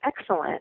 excellent